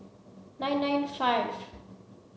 nine nine five